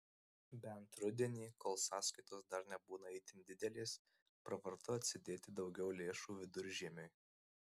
bent rudenį kol sąskaitos dar nebūna itin didelės pravartu atsidėti daugiau lėšų viduržiemiui